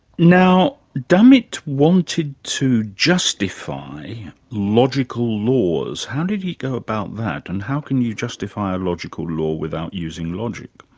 now, dummett wanted to justify logical laws. how did he go about that, and how can you justify a logical law without using logic?